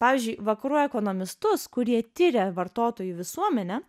pavyzdžiui vakarų ekonomistus kurie tiria vartotojų visuomenę